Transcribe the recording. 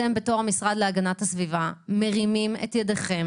אתם בתור המשרד להגנת הסביבה מרימים את ידיכם